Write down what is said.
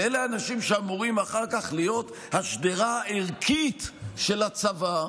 ואלה אנשים שאמורים אחר כך להיות השדרה הערכית של הצבא,